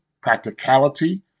practicality